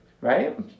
Right